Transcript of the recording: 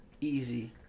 Easy